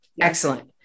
Excellent